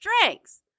strengths